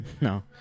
no